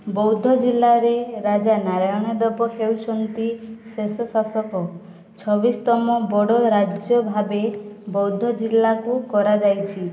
ବୌଦ ଜିଲ୍ଲାରେ ରାଜା ନାରାୟଣ ଦେବ ହେଉଛନ୍ତି ଶେଷ ଶାସକ ଛବିଶତମ ବଡ଼ ରାଜ୍ୟ ଭାବେ ବୌଦ ଜିଲ୍ଲାକୁ କରାଯାଇଛି